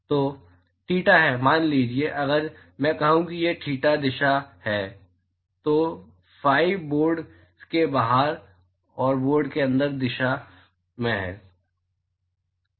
तो थीटा है मान लीजिए अगर मैं कहूं कि यह थीटा दिशा है तो फी बोर्ड के बाहर और बोर्ड के अंदर की दिशा में है